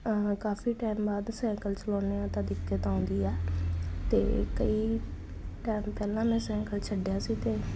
ਕਾਫ਼ੀ ਟਾਈਮ ਬਾਅਦ ਸਾਈਕਲ ਚਲਾਉਂਦੇ ਹਾਂ ਤਾਂ ਦਿੱਕਤ ਆਉਂਦੀ ਆ ਅਤੇ ਕਈ ਟਾਈਮ ਪਹਿਲਾਂ ਮੈਂ ਸਾਇਕਲ ਛੱਡਿਆ ਸੀ ਅਤੇ